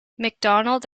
mcdonald